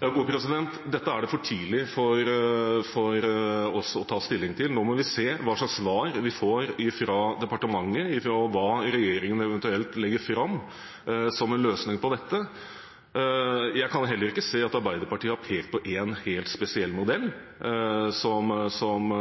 det for tidlig for oss å ta stilling til. Nå må vi se hva slags svar vi får ifra departementet, og hva regjeringen eventuelt legger fram som en løsning på dette. Jeg kan heller ikke se at Arbeiderpartiet har pekt på noen helt spesiell modell som